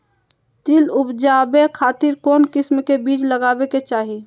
तिल उबजाबे खातिर कौन किस्म के बीज लगावे के चाही?